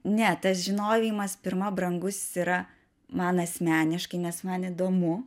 ne tas žinojimas pirma brangus yra man asmeniškai nes man įdomu